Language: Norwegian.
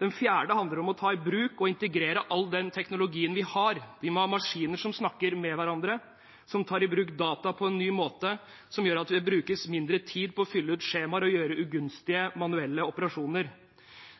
Den fjerde handler om å ta i bruk og integrere all den teknologien vi har. Vi må ha maskiner som snakker med hverandre, som tar i bruk data på en ny måte, og som gjør at det brukes mindre tid på å fylle ut skjemaer og gjøre ugunstige, manuelle operasjoner.